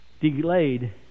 Delayed